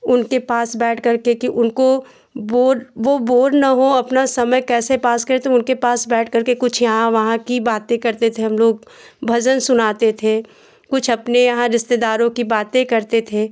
उनके पास बैठ करके कि उनको बोर वह बोर न हों अपना समय कैसे पास करें तब उनके पास बैठ करके कुछ यहाँ वहाँ की बातें करते थे हमलोग भजन सुनाते थे कुछ अपने यहाँ रिश्तेदारों की बातें करते थे